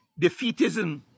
defeatism